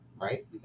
right